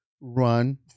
run